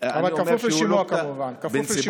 אבל כפוף לשימוע, כמובן, כפוף לשימוע.